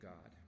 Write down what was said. God